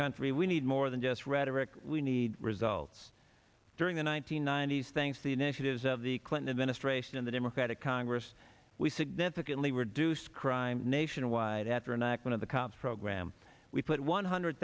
country we need more than just rhetoric we need results during the one nine hundred ninety s thanks the initiatives of the clinton administration in the democratic congress we significantly reduce crime nationwide after an icon of the cops program we put one hundred